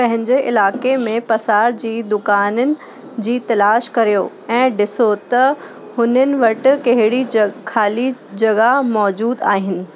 पंहिंजे इलाइक़े में पसार जी दुकानिनि जी तलाश करियो ऐं ॾिसो त हुननि वटि कहिड़ी ज ख़ाली जॻह मौजूदु आहिनि